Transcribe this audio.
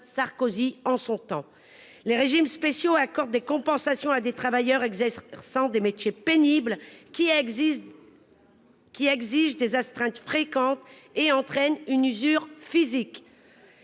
Sarkozy en son temps. Les régimes spéciaux accordent des compensations à des travailleurs exerçant des métiers pénibles, qui exigent des astreintes fréquentes et entraînent une usure physique.